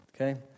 Okay